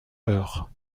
eure